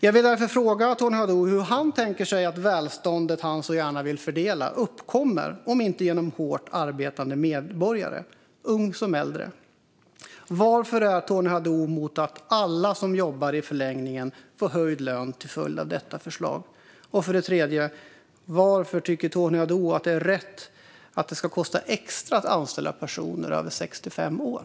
Jag vill därför fråga Tony Haddou hur han tänker sig att det välstånd han så gärna vill fördela uppkommer om det inte sker genom hårt arbetande medborgare, unga som äldre. Jag vill också fråga varför Tony Haddou är emot att alla som jobbar i förlängningen får höjd lön till följd av detta förslag. Dessutom undrar jag varför Tony Haddou tycker att det är rätt att det ska kosta extra att anställa personer över 65 år.